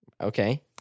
Okay